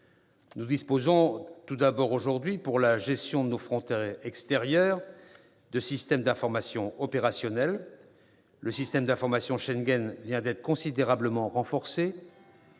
Nous disposons aujourd'hui, pour la gestion de nos frontières extérieures, de systèmes d'information opérationnels. Le système d'information Schengen vient d'être considérablement renforcé.